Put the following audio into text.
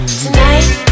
Tonight